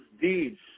deeds